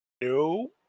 No